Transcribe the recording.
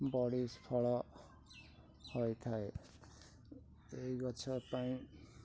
ବଢ଼ି ଫଳ ହୋଇଥାଏ ଏଇ ଗଛ ପାଇଁ